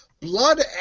Blood